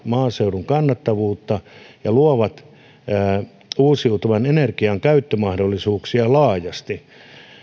maaseudun kannattavuutta ja luo uusiutuvan energian käyttömahdollisuuksia laajasti